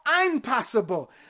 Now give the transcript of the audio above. impossible